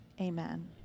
amen